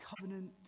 covenant